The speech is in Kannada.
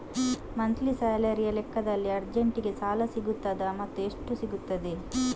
ಮಂತ್ಲಿ ಸ್ಯಾಲರಿಯ ಲೆಕ್ಕದಲ್ಲಿ ಅರ್ಜೆಂಟಿಗೆ ಸಾಲ ಸಿಗುತ್ತದಾ ಮತ್ತುಎಷ್ಟು ಸಿಗುತ್ತದೆ?